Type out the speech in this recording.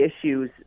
issues